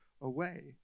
away